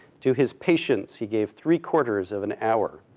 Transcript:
to his patients, he gave three quarters of an hour.